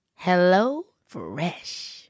HelloFresh